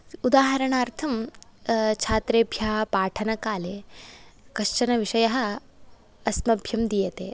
उदाहरणार्थं छात्रेभ्यः पाठनकाले कश्चनविषयः अस्मभ्यं दीयते